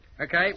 Okay